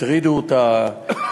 הטרידו אותה,